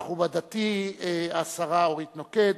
מכובדתי השרה אורית נוקד,